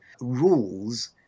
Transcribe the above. rules